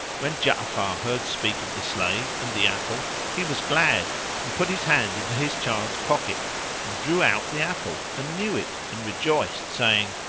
when ja'afar heard speak of the slave and the apple, he was glad and put his hand into his child's pocket and drew out the apple and knew it and rejoiced saying,